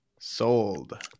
Sold